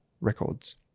records